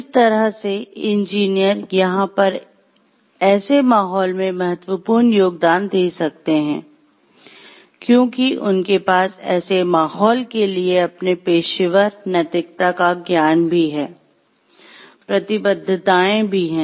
इस तरह से इंजीनियर यहां पर ऐसे माहौल में महत्वपूर्ण योगदान दे सकते हैं क्योंकि उनके पास ऐसे माहौल के लिए अपने पेशेवर नैतिकता का ज्ञान भी है प्रतिबद्धताएं भी हैं